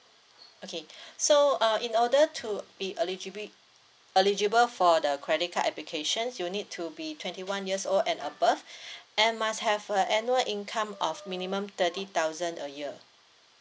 okay so uh in order to be eligib~ eligible for the credit card applications you need to be twenty one years old and above and must have a annual income of minimum thirty thousand a year